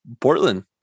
Portland